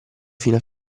fina